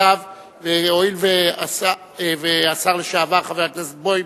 חינוך לעשירים בלבד וחורבן החינוך הציבורי,